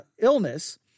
illness